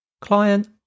Client